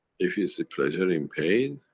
if it's the pleasure in pain.